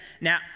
now